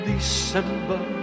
December